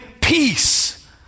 peace